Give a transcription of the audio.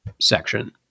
section